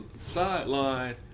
sideline